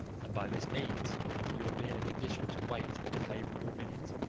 and by this means you will be in a condition to wait for the favourable minute,